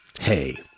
Hey